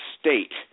state